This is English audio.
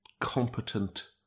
competent